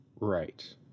Right